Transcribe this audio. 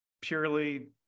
purely